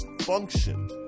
function